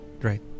Right